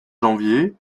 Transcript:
janvier